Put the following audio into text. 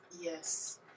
Yes